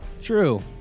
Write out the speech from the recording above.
True